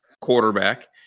quarterback